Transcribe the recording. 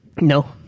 No